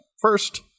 First